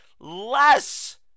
less